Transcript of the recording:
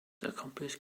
accomplished